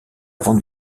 avant